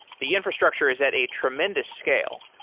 the infrastructure is at a tremendous scale,